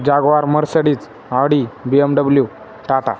jaguar Mercedes Audi B M W Tata